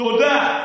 תודה.